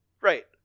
Right